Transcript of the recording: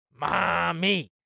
mommy